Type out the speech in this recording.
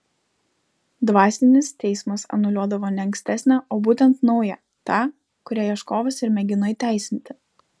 dvasinis teismas anuliuodavo ne ankstesnę o būtent naują tą kurią ieškovas ir mėgino įteisinti